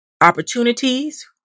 Opportunities